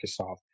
Microsoft